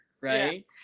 right